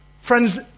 Friends